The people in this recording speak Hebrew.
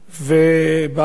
בארץ,